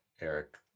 Eric